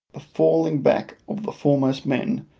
the falling back of the foremost men,